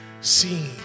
seen